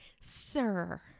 sir